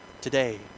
today